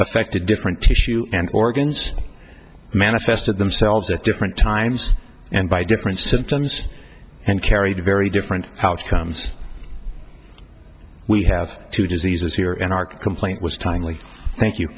affected different tissues and organs manifested themselves at different times and by different symptoms and carried a very different outcomes we have two diseases here and our complaint was timely thank you